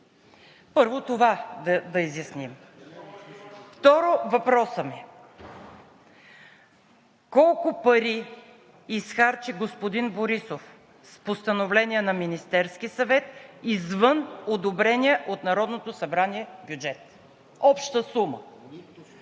Първо, това да изясним. (Реплики.) Второ, въпросът ми е: колко пари изхарчи господин Борисов с постановление на Министерския съвет извън одобрения от Народното събрание бюджет? Обща сума.